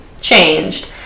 changed